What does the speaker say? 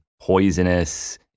poisonous